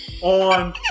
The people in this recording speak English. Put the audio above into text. on